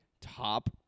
top